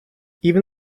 even